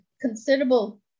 considerable